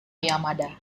yamada